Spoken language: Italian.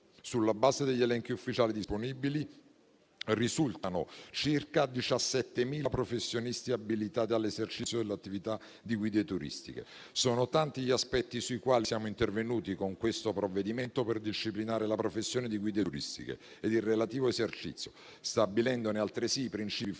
sulla base degli elenchi ufficiali disponibili, risultano circa 17.000 professionisti abilitati all'esercizio dell'attività di guida turistica. Sono tanti gli aspetti sui quali siamo intervenuti con questo provvedimento, per disciplinare la professione di guida turistica e il relativo esercizio, stabilendone altresì i principi fondamentali,